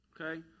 Okay